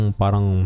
parang